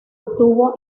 obtuvo